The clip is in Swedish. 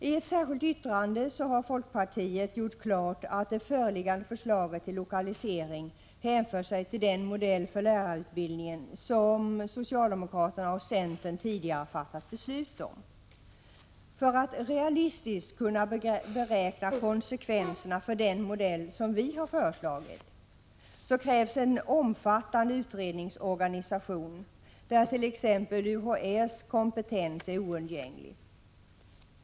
I ett särskilt yttrande har folkpartiet gjort klart att det föreliggande förslaget till lokalisering hänför sig till den modell för lärarutbildningen som socialdemokraterna och centern tidigare har fattat beslut om. För att realistiskt kunna beräkna konsekvenserna för den modell som vi har föreslagit krävs en omfattande utredningsorganisation, där t.ex. UHÄ:s kompetens är oundgänglig.